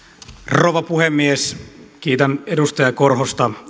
rouva puhemies kiitän edustaja korhosta